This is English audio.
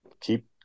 keep